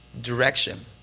direction